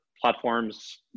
platforms